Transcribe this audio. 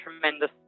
tremendous